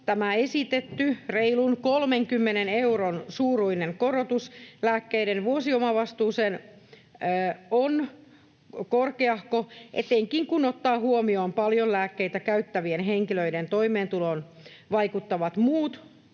tämä esitetty reilun 30 euron suuruinen korotus lääkkeiden vuosiomavastuuseen on korkeahko etenkin, kun ottaa huomioon paljon lääkkeitä käyttävien henkilöiden toimeentuloon vaikuttavat muut